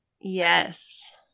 Yes